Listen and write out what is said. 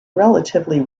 relatively